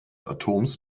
atoms